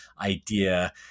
idea